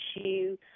issue